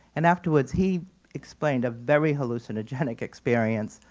and afterwards, he explained a very hallucinogenic experience,